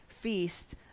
feast